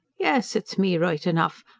yes, it's me right enough,